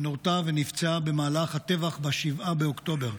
שנורתה ונפצעה במהלך הטבח ב-7 באוקטובר.